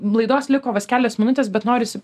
laidos liko vos kelios minutės bet norisi